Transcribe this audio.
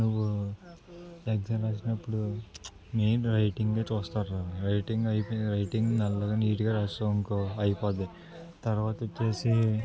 నువ్వు ఎగ్జామ్ రాసినప్పుడు మెయిన్ రైటింగే చూస్తారు రా రైటింగ్ అయిపోయింది రైటింగ్ మెల్లగా నీట్గా రాశావు అనుకో అయిపోద్ది తర్వాత వచ్చేసి